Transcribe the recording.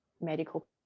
medical